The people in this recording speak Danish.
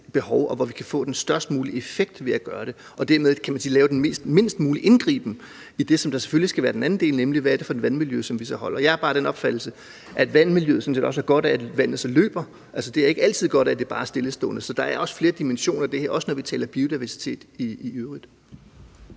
det, og hvor vi kan få den størst mulige effekt ved at gøre det og dermed, kan man sige, lave den mindst mulige indgriben i det, som selvfølgelig skal være den anden del, nemlig vandmiljøet, og hvad det så er for et vandmiljø, vi har. Jeg er bare af den opfattelse, at miljøet sådan set også har godt af, at vandet så løber. Det er ikke altid godt, at det bare er stillestående. Så der er flere dimensioner i det her, også når vi taler biodiversitet i øvrigt.